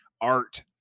art